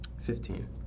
Fifteen